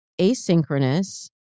asynchronous